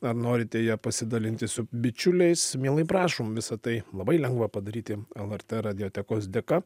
ar norite ja pasidalinti su bičiuliais mielai prašom visa tai labai lengva padaryti lrt radijotekos dėka